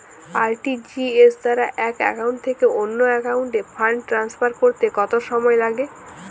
RTGS দ্বারা এক account থেকে অন্য একাউন্টে ফান্ড ট্রান্সফার করতে কত সময় লাগে?